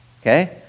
Okay